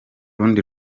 rundi